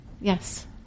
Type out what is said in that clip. yes